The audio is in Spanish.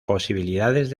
posibilidades